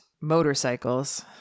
motorcycles